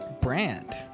brand